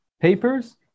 papers